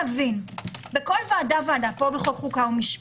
בכל ועדה חוקה, חוק ומשפט,